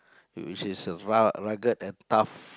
which is uh ru~ rugged and tough